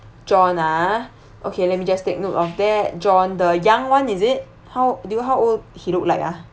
john ah okay let me just take note of that john the young one is it how do you how old he look like ah